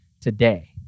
today